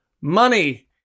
money